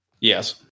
Yes